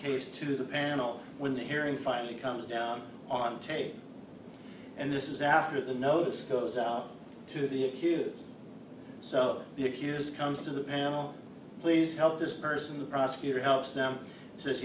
case to the panel when the hearing finally comes down on tape and this is after the notice goes out to the here so the accused comes to the panel please help this person the prosecutor helps them s